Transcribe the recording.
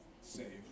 save